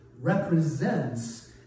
represents